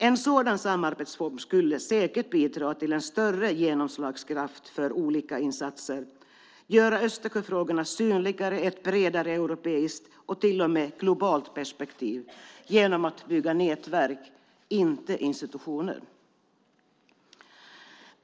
Ett sådant samarbetsforum skulle säkert bidra till en större genomslagskraft för olika insatser, göra Östersjöfrågorna synligare i ett bredare europeiskt och till och med globalt perspektiv genom att bygga nätverk, inte institutioner.